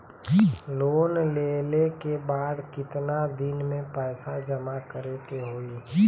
Loan लेले के बाद कितना दिन में पैसा जमा करे के होई?